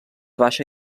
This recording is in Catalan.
baixa